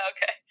Okay